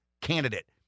candidate